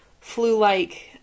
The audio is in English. flu-like